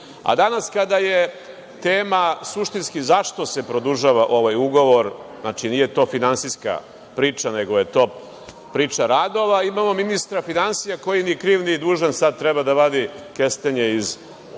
a danas kada je tema suštinski zašto se produžava ovaj ugovor, znači, nije to finansijska priča, nego je to priča radova, imamo ministra finansija koji ni kriv ni dužan sad treba da vadi kestenje iz vatre